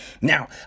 now